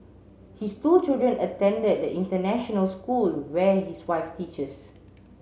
his two children attend the international school where his wife teaches